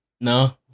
No